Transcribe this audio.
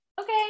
okay